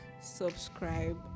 subscribe